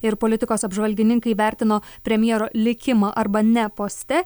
ir politikos apžvalgininkai vertino premjero likimą arba ne poste